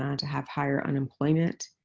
and to have higher unemployment,